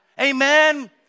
Amen